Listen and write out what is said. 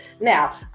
Now